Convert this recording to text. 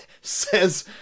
says